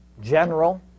general